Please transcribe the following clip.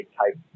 type